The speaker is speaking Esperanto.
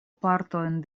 partojn